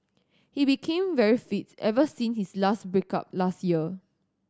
he became very fit ever since his break up last year